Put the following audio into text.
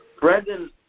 Brendan